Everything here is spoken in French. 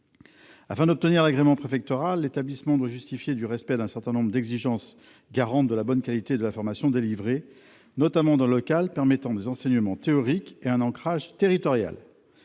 Afin d'obtenir l'agrément préfectoral, l'établissement doit justifier du respect d'un certain nombre d'exigences, garantes de la bonne qualité de l'information dispensée. En particulier, il doit disposer d'un local permettant des enseignements théoriques et un ancrage territorial.